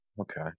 okay